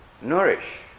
nourish